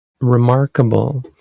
remarkable